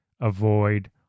avoid